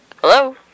Hello